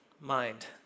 mind